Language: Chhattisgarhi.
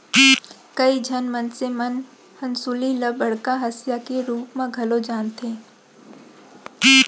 कइ झन मनसे मन हंसुली ल बड़का हँसिया के रूप म घलौ जानथें